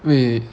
wait